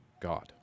God